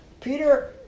Peter